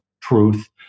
truth